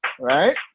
Right